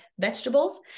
vegetables